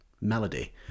melody